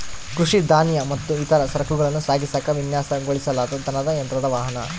ಕೃಷಿ ಧಾನ್ಯ ಮತ್ತು ಇತರ ಸರಕುಗಳನ್ನ ಸಾಗಿಸಾಕ ವಿನ್ಯಾಸಗೊಳಿಸಲಾದ ದನದ ಯಂತ್ರದ ವಾಹನ